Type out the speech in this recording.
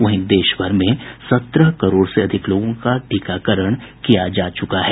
वहीं देशभर में सत्रह करोड़ से अधिक लोगों का टीकाकरण किया जा चुका है